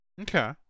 Okay